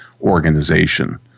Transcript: organization